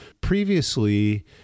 Previously